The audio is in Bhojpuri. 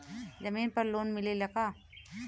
जमीन पर लोन मिलेला का?